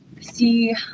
see